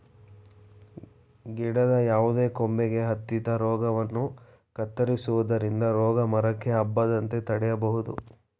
ಗಿಡದ ಯಾವುದೇ ಕೊಂಬೆಗೆ ಹತ್ತಿದ ರೋಗವನ್ನು ಕತ್ತರಿಸುವುದರಿಂದ ರೋಗ ಮರಕ್ಕೆ ಹಬ್ಬದಂತೆ ತಡೆಯಬೋದು